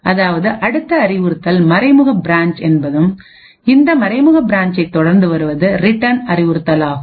அதாவது அடுத்த அறிவுறுத்தல் மறைமுக பிரான்ச் என்பதும் இந்த மறைமுக பிரான்ச்சை தொடர்ந்து வருவது ரிட்டன் அறிவுறுத்தலாகும்